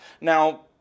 Now